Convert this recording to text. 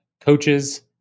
Coaches